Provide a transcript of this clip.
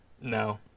No